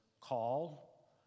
Call